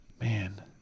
Man